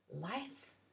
life